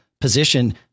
position